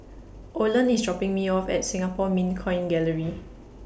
Oland IS dropping Me off At Singapore Mint Coin Gallery